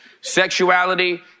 sexuality